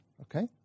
okay